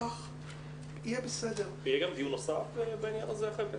יהיה דיון נוסף בעניין הזה אחרי פסח?